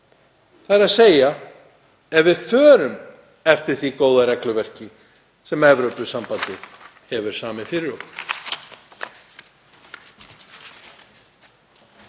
þ.e. ef við förum eftir því góða regluverki sem Evrópusambandið hefur samið fyrir okkur.